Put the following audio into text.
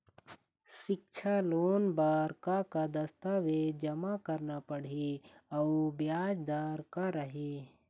सिक्छा लोन बार का का दस्तावेज जमा करना पढ़ही अउ ब्याज दर का रही?